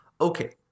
Okay